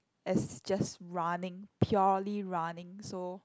as just running purely running so